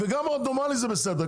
וגם רנדומלי זה בסדר,